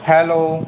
hello